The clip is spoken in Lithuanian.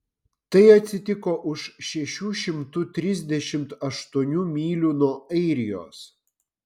tai atsitiko už šešių šimtų trisdešimt aštuonių mylių nuo airijos